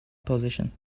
position